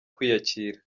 kwiyakira